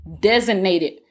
designated